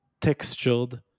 textured